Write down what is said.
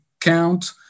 count